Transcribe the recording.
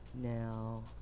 Now